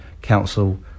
council